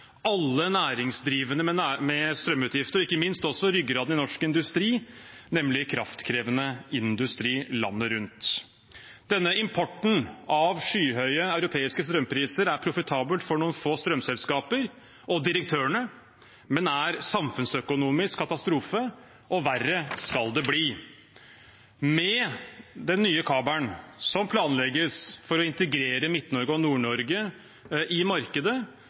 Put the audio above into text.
alle næringsdrivende med strømutgifter og ikke minst også ryggraden i norsk industri, nemlig kraftkrevende industri landet rundt. Denne importen av skyhøye europeiske strømpriser er profitabel for noen få strømselskaper og direktørene, men er en samfunnsøkonomisk katastrofe, og verre skal det bli. Med den nye kabelen som planlegges for å integrere Midt-Norge og Nord-Norge i markedet,